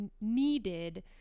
Needed